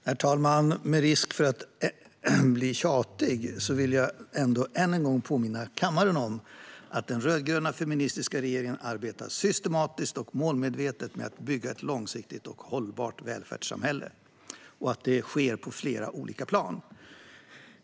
Herr talman! Med risk för att bli tjatig vill jag ändå än en gång påminna kammaren om att den rödgröna feministiska regeringen arbetar systematiskt och målmedvetet med att bygga ett långsiktigt och hållbart välfärdssamhälle. Det sker på flera olika plan.